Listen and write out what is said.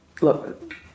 look